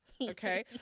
Okay